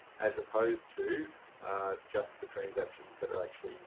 as opposed to just the transactions that are actually